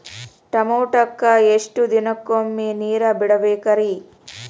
ಟಮೋಟಾಕ ಎಷ್ಟು ದಿನಕ್ಕೊಮ್ಮೆ ನೇರ ಬಿಡಬೇಕ್ರೇ?